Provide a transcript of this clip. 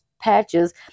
patches